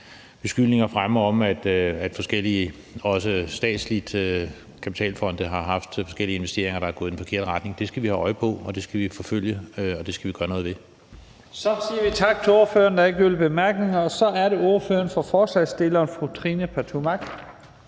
beskyldninger fremme om, at forskellige også statslige kapitalfonde har haft forskellige investeringer, der er gået i den forkerte retning. Det skal vi holde øje med, og det skal vi forfølge, og det skal vi gøre noget ved. Kl. 18:38 Første næstformand (Leif Lahn Jensen): Så siger vi tak til ordføreren. Der er ikke